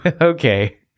okay